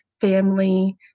family